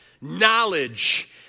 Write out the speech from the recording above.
knowledge